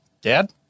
Dad